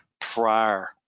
prior